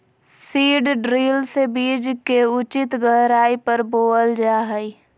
seed drill से बीज के उचित गहराई पर बोअल जा हइ